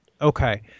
Okay